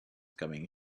coming